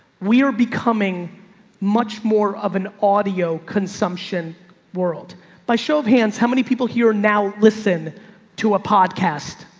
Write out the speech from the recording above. we are becoming much more of an audio consumption world by show of hands. how many people here now listen to a podcast.